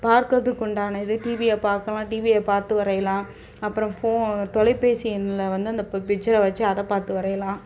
பார்க்கிறதுக்கு உண்டான இது டிவியை பார்க்கலாம் டிவியை பார்த்து வரையலாம் அப்புறம் ஃபோ தொலைபேசி எண்ணில் வந்து அந்த ப பிச்சரை வச்சு அதை பார்த்து வரையலாம்